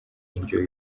indyo